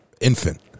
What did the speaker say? infant